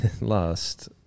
last